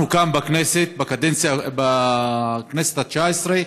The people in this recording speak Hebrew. אנחנו, כאן, בכנסת, בקדנציה, בכנסת התשע-עשרה,